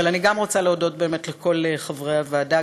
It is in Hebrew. אבל אני גם רוצה להודות באמת לכל חברי הוועדה,